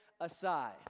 aside